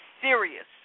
serious